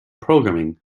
programming